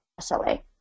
SLA